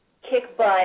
kick-butt